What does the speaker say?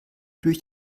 durch